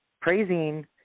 praising